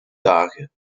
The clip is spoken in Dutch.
dagen